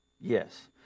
Yes